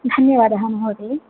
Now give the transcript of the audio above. धन्यवादः महोदये